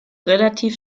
relativ